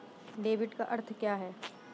Debit का अर्थ क्या है?